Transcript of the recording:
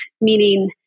meaning